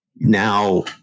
now